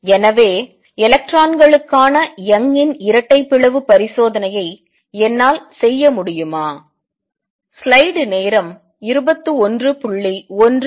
எனவே எலக்ட்ரான்களுக்கான யங்கின் இரட்டை பிளவு பரிசோதனையை என்னால் செய்ய முடியுமா